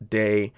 day